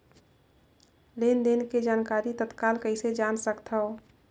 लेन देन के जानकारी तत्काल कइसे जान सकथव?